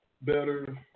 better